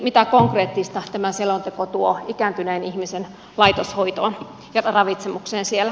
mitä konkreettista tämä selonteko tuo ikääntyneen ihmisen laitoshoitoon ja ravitsemukseen siellä